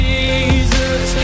Jesus